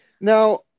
Now